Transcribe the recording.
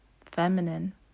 feminine